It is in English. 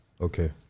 Okay